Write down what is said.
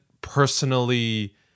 personally